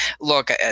look